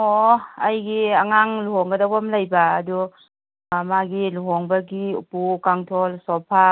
ꯑꯣ ꯑꯩꯒꯤ ꯑꯉꯥꯡ ꯂꯨꯍꯣꯡꯒꯗꯧꯕ ꯑꯃ ꯂꯩꯕ ꯑꯗꯨ ꯃꯥꯒꯤ ꯂꯨꯍꯣꯡꯕꯒꯤ ꯎꯄꯨ ꯀꯥꯡꯊꯣꯟ ꯁꯣꯐꯥ